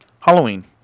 halloween